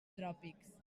tròpics